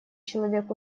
человек